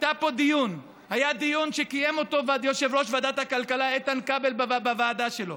היה פה דיון שקיים יושב-ראש ועדת הכלכלה איתן כבל בוועדה שלו